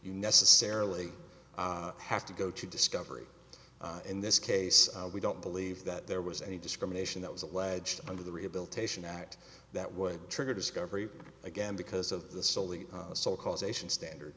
necessarily have to go to discovery in this case we don't believe that there was any discrimination that was alleged under the rehabilitation act that would trigger discovery again because of the soul the soul causation standard